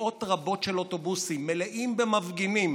מאות רבות של אוטובוסים מלאים במפגינים